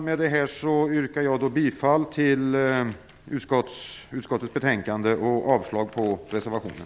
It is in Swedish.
Med detta yrkar jag bifall till utskottets hemställan och avslag på reservationen.